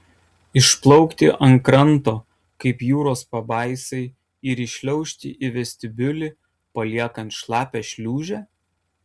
išplaukti ant kranto kaip jūros pabaisai ir įšliaužti į vestibiulį paliekant šlapią šliūžę